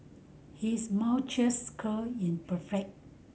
his curl is perfect